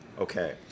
Okay